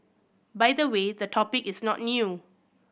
by the way the topic is not new